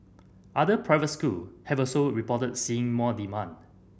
other private school have also reported seeing more demand